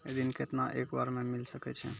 ऋण केतना एक बार मैं मिल सके हेय?